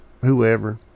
whoever